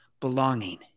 belonging